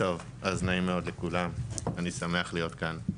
נעים מאוד לכולם, אני שמח להיות כאן.